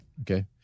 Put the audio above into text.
Okay